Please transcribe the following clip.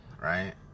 right